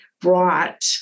brought